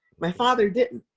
my father didn't.